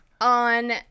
on